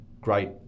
great